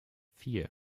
vier